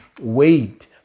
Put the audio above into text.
wait